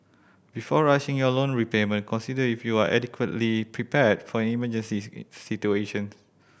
before rushing your loan repayment consider if you are adequately prepared for emergencies situation